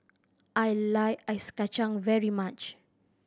I like ice kacang very much